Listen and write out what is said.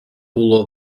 pull